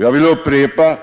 Jag vill upprepa: